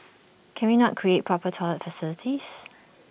can we not create proper toilet facilities